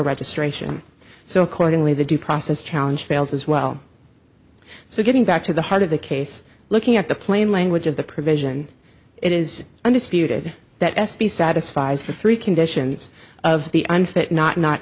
registration so accordingly the due process challenge fails as well so getting back to the heart of the case looking at the plain language of the provision it is undisputed that s p satisfies the three conditions of the unfit not